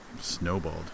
snowballed